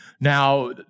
Now